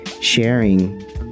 sharing